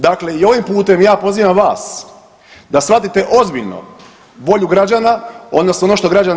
Dakle, i ovim putem ja pozivam vas da shvatite ozbiljno volju građana odnosno ono što građani